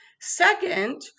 Second